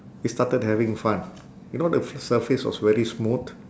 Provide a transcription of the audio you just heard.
we started having fun you know the surface was very smooth